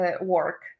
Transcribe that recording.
work